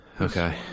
Okay